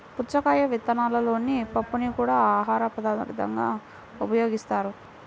పుచ్చకాయ విత్తనాలలోని పప్పుని కూడా ఆహారపదార్థంగా ఉపయోగిస్తారు